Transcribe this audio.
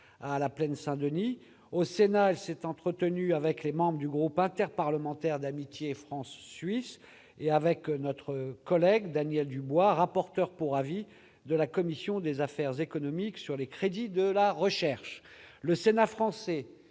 à la Plaine Saint-Denis. Au Sénat, elle s'est entretenue avec les membres du groupe interparlementaire d'amitié France-Suisse et avec notre collègue Daniel Dubois, rapporteur pour avis de la commission des affaires économiques, sur les crédits de la recherche. Le Sénat français